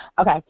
Okay